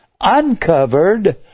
uncovered